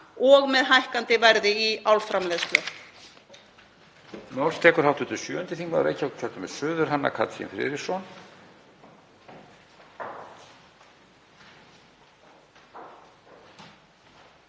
og með hækkandi verði í álframleiðslu.